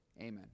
Amen